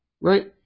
Right